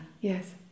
Yes